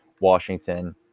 Washington